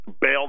bail